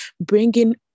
bringing